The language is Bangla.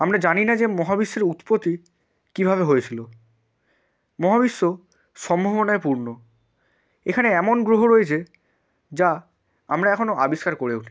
আমরা জানি না যে মহাবিশ্বের উৎপত্তি কীভাবে হয়েছিলো মহাবিশ্ব সম্ভাবনায় পূর্ণ এখানে এমন গ্রহ রয়েছে যা আমরা এখনো আবিষ্কার করে উঠিনি